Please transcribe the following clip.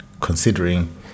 considering